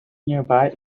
nearby